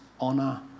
honor